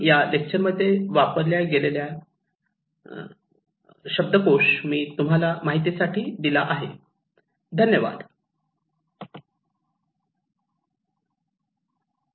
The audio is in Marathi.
धन्यवाद मी तूमचा आभारी आहे